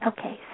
Okay